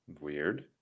Weird